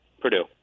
Purdue